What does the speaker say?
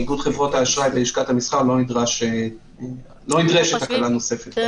איגוד חברות האשראי ולשכת המסחר לא נדרשת הקלה נוספת.